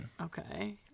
Okay